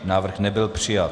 Návrh nebyl přijat.